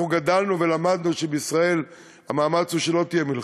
אנחנו גדלנו ולמדנו שבישראל המאמץ הוא שלא תהיה מלחמה,